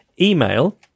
email